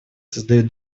создают